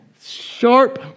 sharp